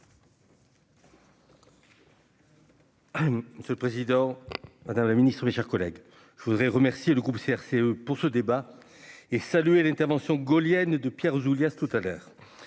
Ce président, Madame la Ministre, mes chers collègues, je voudrais remercier le groupe CRCE pour ce débat, et salué l'intervention gaullienne de Pierre Ouzoulias tout à l'heure